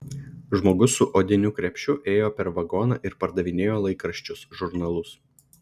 žmogus su odiniu krepšiu ėjo per vagoną ir pardavinėjo laikraščius žurnalus